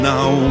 Now